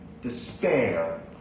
despair